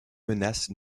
menaces